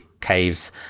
caves